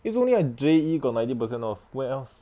is only at J_E got ninety percent off where else